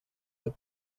that